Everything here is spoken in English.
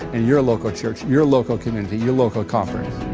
and your local church, your local community, your local conference.